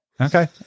Okay